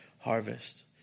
harvest